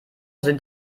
sind